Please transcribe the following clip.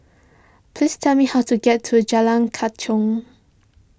please tell me how to get to Jalan Kechot